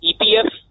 EPF